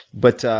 but